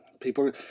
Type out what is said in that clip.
People